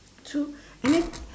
true and then